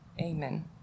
Amen